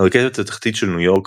הרכבת התחתית של ניו יורק,